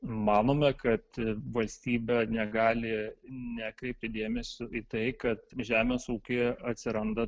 manome kad valstybė negali nekreipti dėmesio į tai kad žemės ūkyje atsiranda